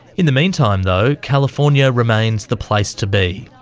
in the meantime though, california remains the place to be,